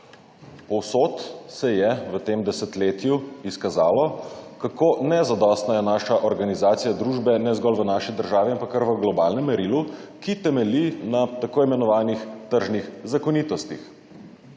Povsod se je v tem desetletju izkazalo, kako nezadostna je naša organizacija družbe, ne zgolj v naši državi, ampak kar v globalnem merilu, ki temelji na tako imenovanih tržnih zakonitostih.